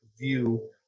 view